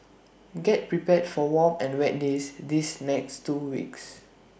get prepared for warm and wet days these next two weeks